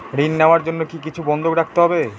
ঋণ নেওয়ার জন্য কি কিছু বন্ধক রাখতে হবে?